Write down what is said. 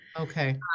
okay